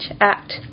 act